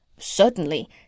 Certainly